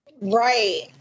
Right